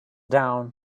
down